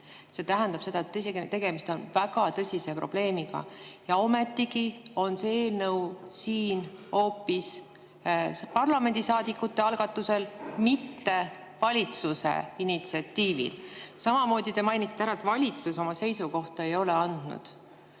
See tähendab seda, et tegemist on väga tõsise probleemiga. Ometigi on see eelnõu siin hoopis parlamendisaadikute algatusel, mitte valitsuse initsiatiivil. Samuti te mainisite ära, et valitsus oma seisukohta ei ole andnud.